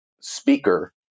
speaker